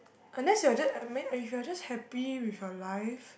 unless you're just I mean if you're just happy with your life